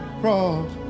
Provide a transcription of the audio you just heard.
cross